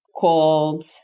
called